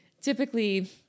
typically